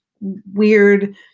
weird